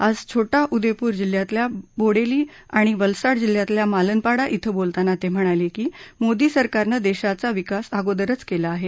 आज छोटा उदेपूर जिल्ह्यातल्या बोडेली आणि वलसाड जिल्ह्यातल्या मालनपाडा इथं बोलताना ते म्हणाले की मोदी सरकारनं देशाचा विकास अगोदरच केला आहे